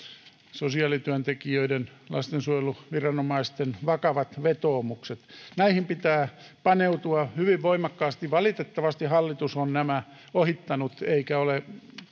sosiaalityöntekijöiden ja lastensuojeluviranomaisten vakavat vetoomukset näihin pitää paneutua hyvin voimakkaasti valitettavasti hallitus on nämä ohittanut eikä ole